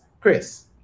Chris